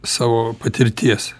savo patirties